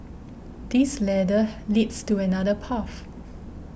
this ladder leads to another path